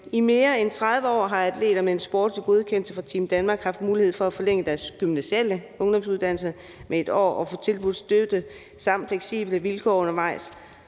I mere end 30 år har atleter med en sportslig godkendelse fra Team Danmark haft mulighed for at forlænge deres gymnasiale ungdomsuddannelse med 1 år og få tilbudt støtte samt fleksible vilkår undervejs,